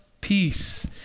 Peace